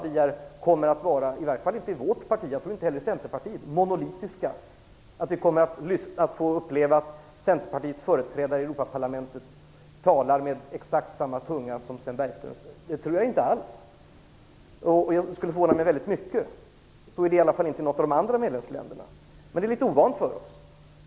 Vi kommer inte - i varje fall inte i vårt parti och jag tror inte heller i Centerpartiet - att vara monolitiska. Jag tror inte alls att vi kommer att få lyssna till och uppleva att Centerpartiets företrädare i Europaparlamentet talar med exakt samma tunga som Sven Bergström. Det skulle förvåna mig väldigt mycket om så skedde, för så är det inte för något av de andra medlemsländerna, och det är litet ovant för oss.